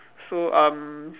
so um